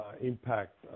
impact